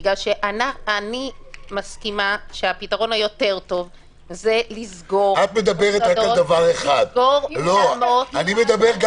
אני מסכימה שהפתרון הטוב יותר הוא לסגור מקומות ולשלול תקציבים.